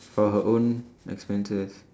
for her own expenses